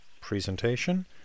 presentation